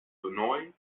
toernoai